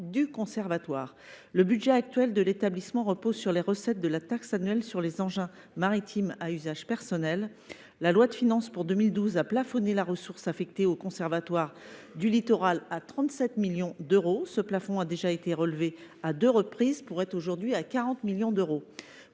du Conservatoire, dont le budget actuel repose sur les recettes de la taxe annuelle sur les engins maritimes à usage personnel. La loi de finances pour 2012 a plafonné la ressource affectée à l’établissement à 37 millions d’euros ; ce plafond a déjà été relevé à deux reprises, pour s’établir aujourd’hui à 40 millions d’euros.